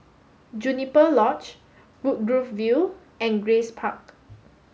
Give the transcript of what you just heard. Juniper Lodge Woodgrove View and Grace Park